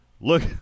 look